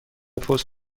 پست